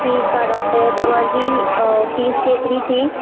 ठीकु आहे डॉक्टर तव्हांजी फीस केतिरी थी